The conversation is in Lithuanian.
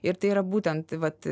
ir tai yra būtent vat